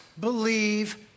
believe